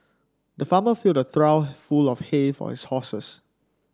the farmer filled a trough full of hay for his horses